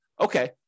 okay